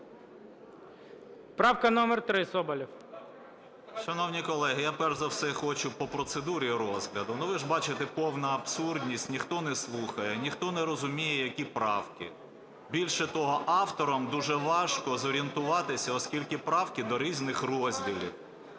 13:24:38 СОБОЛЄВ С.В. Шановні колеги, я перш за все хочу по процедурі розгляду. Ну, ви ж бачите, повна абсурдність. Ніхто не слухає. Ніхто не розуміє, які правки. Більше того, авторам дуже важко зорієнтуватися, оскільки правки до різних розділів.